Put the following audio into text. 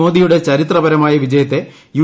മോദിയുടെ ചരിത്രപരമായ വിജയത്തെ യു